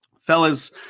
Fellas